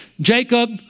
Jacob